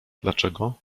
dlaczego